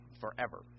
forever